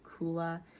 Kula